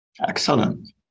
Excellent